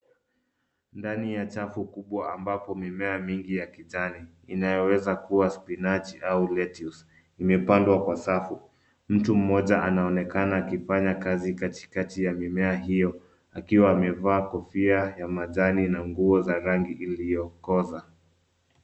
Ndani ya chafu kubwa ambapo mimea mingi ya kijani inayoweza kuwa spinach au lettuce imepandwa kwa safu. Mtu mmoja anaonekana akifanya kazi katikati ya mimea hiyo akiwa amevaa kofia ya majani na nguo za rangi iliyokoza.